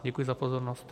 Děkuji za pozornost.